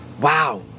wow